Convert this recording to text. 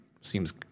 Seems